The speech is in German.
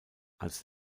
als